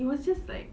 it was just like